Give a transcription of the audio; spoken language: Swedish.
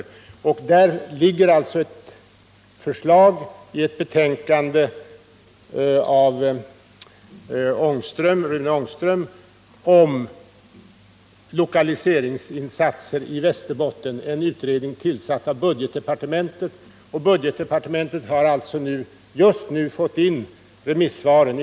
När det gäller den saken föreligger ett förslag i ett utredningsbetänkande av Rune Ångström om lokaliseringsinsatser i Västerbotten. Utredningen tillsattes av budgetdepartementet, som just nu fått in remissvaren.